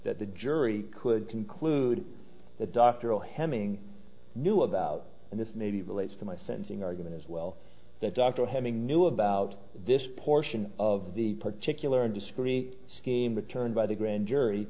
that the jury could conclude that doctoral hemming knew about and this may be relates to my sensing argument as well that dr hemming knew about this portion of the particular and discreet scheme returned by the grand jury